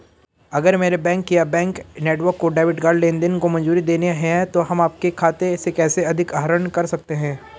अगर मेरे बैंक या बैंक नेटवर्क को डेबिट कार्ड लेनदेन को मंजूरी देनी है तो हम आपके खाते से कैसे अधिक आहरण कर सकते हैं?